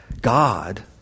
God